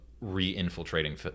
re-infiltrating